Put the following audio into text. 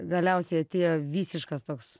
galiausiai atėjo visiškas toks